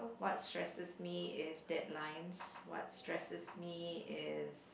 what stresses me is deadlines what stresses me is